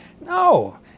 No